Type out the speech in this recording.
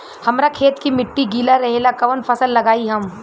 हमरा खेत के मिट्टी गीला रहेला कवन फसल लगाई हम?